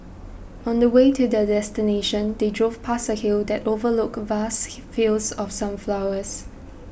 on the way to their destination they drove past a hill that overlooked vast fields of sunflowers